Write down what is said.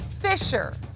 Fisher